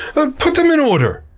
ah put them in order.